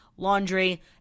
laundry